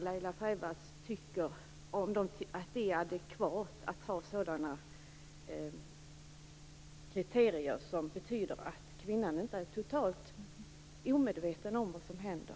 Tycker Laila Freivalds att det är adekvat att ha kriterier som betyder att kvinnan inte är totalt omedveten om vad som händer?